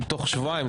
תוך שבועיים.